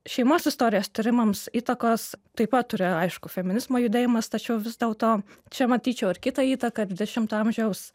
šeimos istorijos tyrimams įtakos taip pat turėjo aišku feminizmo judėjimas tačiau vis dėlto čia matyčiau ir kitą įtaką dvidešimto amžiaus